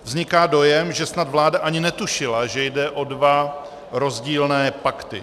Vzniká dojem, že snad vláda ani netušila, že jde o dva rozdílné pakty.